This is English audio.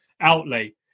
outlay